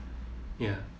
ya